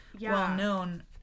well-known